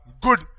good